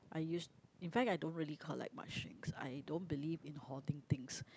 I used in fact I don't really collect much things I don't believe in hoarding things